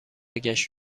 گشت